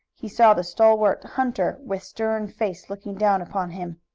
he saw the stalwart hunter with stern face looking down upon him.